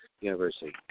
university